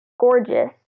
gorgeous